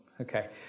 Okay